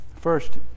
First